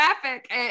traffic